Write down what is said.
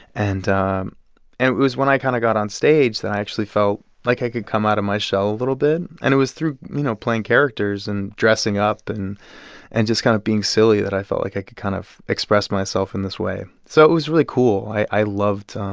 and um and it it was when i kind of got on stage that i actually felt like i could come out of my shell a little bit. and it was through, you know, playing characters and dressing up and and just kind of being silly that i felt like i could kind of express myself in this way. so it was really cool. i i loved